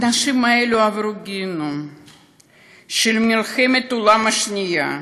האנשים האלה עברו גיהינום במלחמת העולם השנייה,